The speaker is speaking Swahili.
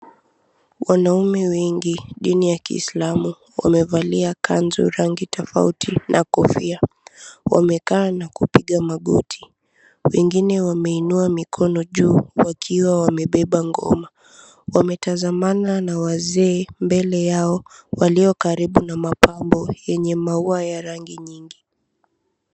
Wanaume wengi dini ya Kiislamu wamevalia kanzu rangi tofauti na kofia. Wamekaa na kupiga magoti. Wengine wameinua mikono juu wakiwa wamebeba ngoma. Wametazamana na wazee mbele yao walio karibu na mapambo yenye maua ya rangi nyingi.